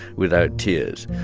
without tears.